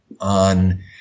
on